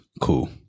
cool